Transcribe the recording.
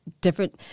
different